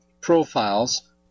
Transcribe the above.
profiles